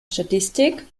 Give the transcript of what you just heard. statistik